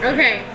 Okay